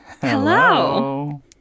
hello